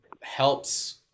helps